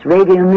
Radio